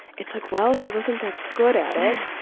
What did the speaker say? it's like, well, she wasn't that good at it.